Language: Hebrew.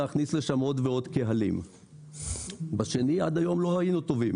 להכניס אליה עוד ועוד קהלים כאשר בשני עד היום לא היינו טובים